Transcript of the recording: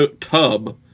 tub